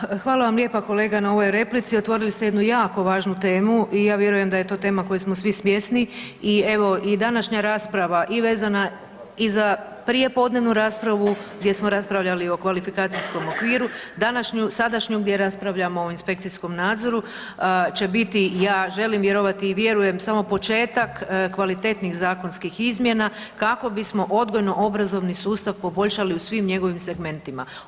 Apsolutno, hvala vam lijepo kolega na ovoj replici, otvorili ste jednu jako važnu temu, i ja vjerujem da je to tema koje smo svi svjesni, i evo i današnja rasprava i vezana i za prijepodnevnu raspravu, gdje smo raspravljali o kvalifikacijskom okviru, današnju, sadašnju gdje raspravljamo o inspekcijskom nadzoru, će biti, ja želim vjerovati i vjerujem, samo početak kvalitetnih zakonskih izmjena kako bismo odgojno-obrazovni sustav poboljšali u svim njegovim segmentima.